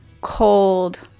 cold